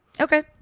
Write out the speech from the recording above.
Okay